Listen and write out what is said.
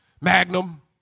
magnum